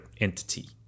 entity